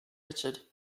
richard